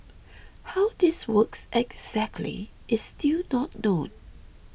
how this works exactly is still not known